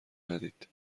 ندید